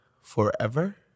forever